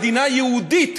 מדינה יהודית.